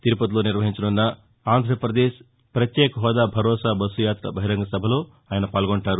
తిరుపతిలో నిర్వహించనున్న ఏపీ ప్రత్యేక హెూదా భరోసా బస్సుయాత్ర బహిరంగ సభలో ఆయన పాల్గొంటారు